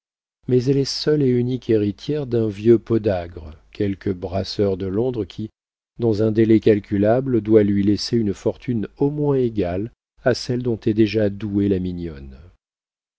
mais elle est seule et unique héritière d'un vieux podagre quelque brasseur de londres qui dans un délai calculable doit lui laisser une fortune au moins égale à celle dont est déjà douée la mignonne